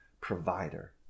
provider